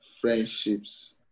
friendships